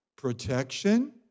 Protection